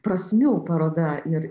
prasmių paroda ir